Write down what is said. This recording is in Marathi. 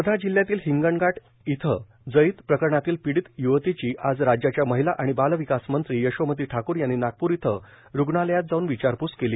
वर्धा जिल्ह्यातील हिंगणघाट इथं जळीत प्रकरणातील पीडित य्वतीची आज राज्याच्या महिला आणि बालविकास मंत्री यशोमती ठाकूर यांनी नागपूर इथं रूग्णालयात जाऊन विचारपूस केली